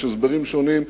יש הסברים שונים,